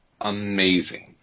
amazing